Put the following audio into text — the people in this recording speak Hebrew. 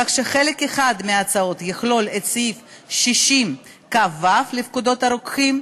כך שחלק אחד מההצעה יכלול את סעיף 60כו לפקודת הרוקחים,